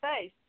face